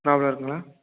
problem இருக்குங்களா